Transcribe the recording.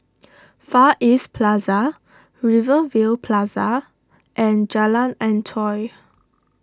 Far East Plaza Rivervale Plaza and Jalan Antoi